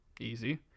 Easy